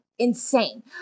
insane